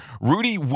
Rudy